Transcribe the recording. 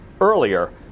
earlier